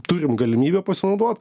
turim galimybę pasinaudot